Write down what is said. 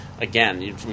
again